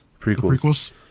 Prequels